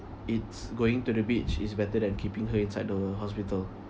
it's going to the beach is better than keeping her inside the hospital